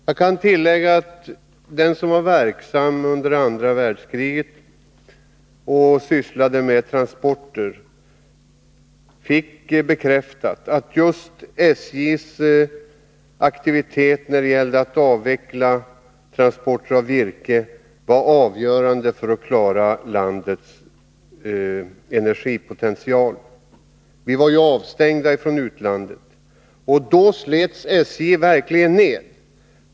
Jag kan tillägga att den som under andra världskriget sysslade med transporter fick bekräftat att just SJ:s aktiviteter när det gällde transporter av virke var avgörande för att landets energipotential skulle klaras. Vi var ju avstängda från utlandet. Under den tiden slets SJ:s materiel verkligen ned.